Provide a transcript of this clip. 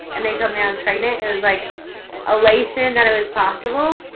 and they told me i was pregnant it was like elation that it was possible.